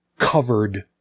covered